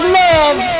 love